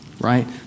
right